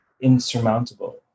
insurmountable